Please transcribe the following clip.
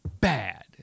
bad